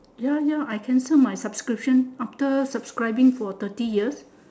ya ya I cancel my subscription after subscribing for thirty years